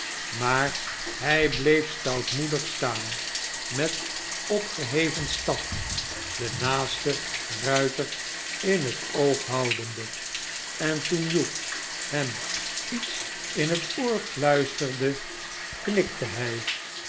maar hij bleef stoutmoedig staan met opgeheven staf den naasten ruiter in het oog houdende en toen hugh hem iets in het oor fluisterde knikte hij